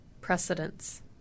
precedence